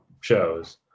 shows